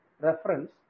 reference